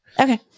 Okay